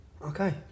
Okay